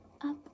up